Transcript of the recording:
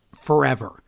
forever